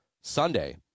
Sunday